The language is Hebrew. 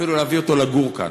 אפילו להביא אותו לגור כאן.